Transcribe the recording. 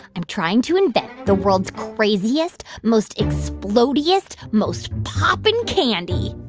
i'm trying to invent the world's craziest, most explodiest, most popping candy